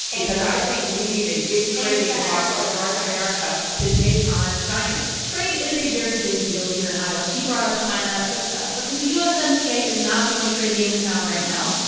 because i think we need a big trading and bloc ah with north america to take on china trade is a very big deal here in iowa. she brought up china but ah because the usmca is not the only trade game in town right now.